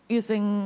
using